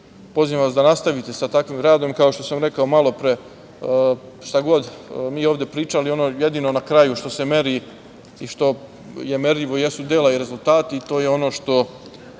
pozivam vas da nastavite sa takvim radom. Kao što sam rekao malopre, šta god mi ovde pričali, ono jedino na kraju što se meri i što je merljivo jesu dela i rezultati i to je ono što